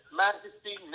majesty